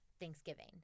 Thanksgiving